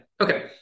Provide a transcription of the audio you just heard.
Okay